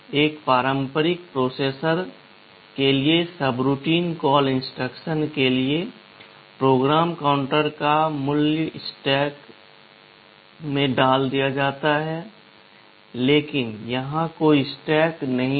एक पारंपरिक प्रोसेसर के लिए सबरूटीन कॉल इंस्ट्रक्शनके लिए PC का मूल्य स्टैक में डाल दिया जाता है लेकिन यहां कोई स्टैक नहीं है